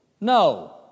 no